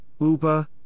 Uber